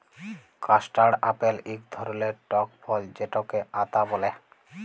custard apple ইক ধরলের টক ফল যেটকে আতা ব্যলে